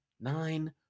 nine